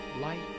Light